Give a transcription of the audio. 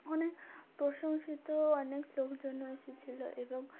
অনেক প্রশংসিত অনেক লোকজন এসেছিলো এবং